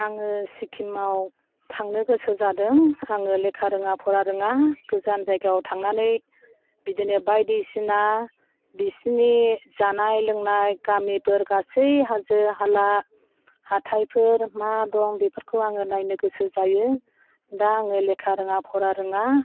आङो सिक्किमाव थांनो गोसो जादों आङो लेखा रोङा फरा रोङा गोजान जायगायाव थांनानै बिदिनो बायदिसिना बिसिनि जानाय लोंनाय गामिफोर गासै हाजो हाला हाथायफोर मा दं बेफोरखौ आङो नायनो गोसो जायो दा आङो लेखा रोङा फरा रोङा